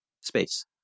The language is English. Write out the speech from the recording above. space